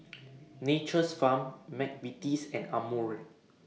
Nature's Farm Mcvitie's and Amore